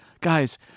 guys